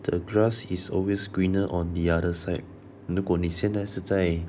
the grass is always greener on the other side 如果你现在是在